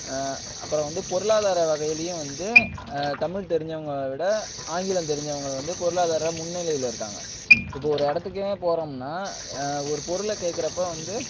அப்புறம் வந்து பொருளாதாரா வகையிலியும் வந்து தமிழ் தெரிஞ்சவங்களை விட ஆங்கிலம் தெரிஞ்சவங்கள் வந்து பொருளாதார முன்னிலையில் இருக்காங்க இப்போது ஒரு இடத்துக்கே போகிறோம்னா ஒரு பொருளை கேட்குறப்ப வந்து